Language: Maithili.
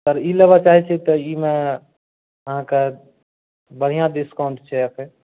सर ई लेबऽ चाहैत छियै तऽ एहिमे अहाँकेँ बढ़िआँ डिस्काउंट छै अखन